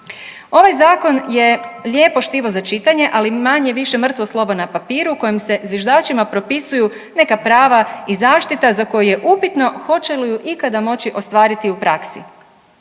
Ovaj Zakon je lijepo štivo za čitanje, ali manje-više mrtvo slovo na papiru kojim se zviždačima propisuju neka prava i zaštita za koju je upitno hoće li ju ikada moći ostvariti u praksi.